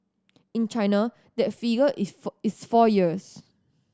in China that figure is four is four years